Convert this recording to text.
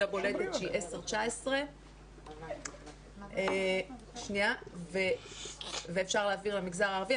הבולטת שהיא 10 19. ואפשר להעביר למגזר הערבי.